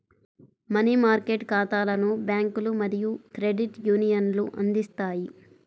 money market ఖాతాలను బ్యాంకులు మరియు క్రెడిట్ యూనియన్లు అందిస్తాయి